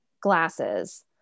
glasses